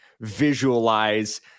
visualize